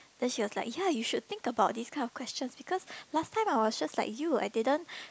then she was like ya you should think about this kind of question because last time I was just like you I didn't